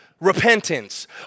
Repentance